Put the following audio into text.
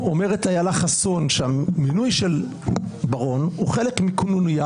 אומרת אילה חסון שהמינוי של בר-און הוא חלק מקנוניה